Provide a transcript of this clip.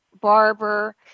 Barber